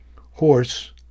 horse